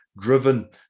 driven